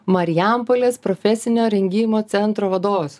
marijampolės profesinio rengimo centro vadovas